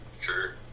sure